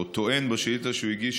או טוען בשאילתה שהוא הגיש,